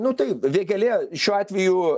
nu tai vėgėlė šiuo atveju